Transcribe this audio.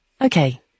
Okay